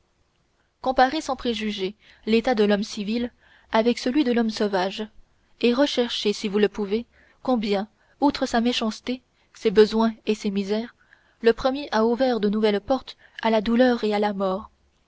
comparez sans préjugés l'état de l'homme civil avec celui de l'homme sauvage et recherchez si vous le pouvez combien outre sa méchanceté ses besoins et ses misères le premier a ouvert de nouvelles portes à la douleur à la mort